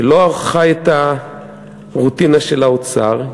שלא חי את הרוטינה של האוצר,